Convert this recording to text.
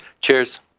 Cheers